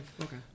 okay